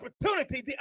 opportunity